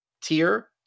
tier